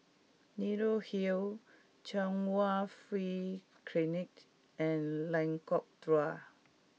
Leonie Hill Chung Hwa Free Clinic and Lengkok Dua